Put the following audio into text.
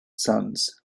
sons